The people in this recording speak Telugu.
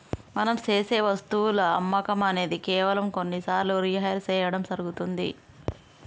మనం సేసె వస్తువుల అమ్మకం అనేది కేవలం కొన్ని సార్లు రిహైర్ సేయడం జరుగుతుంది